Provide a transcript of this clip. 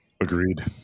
Agreed